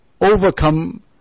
overcome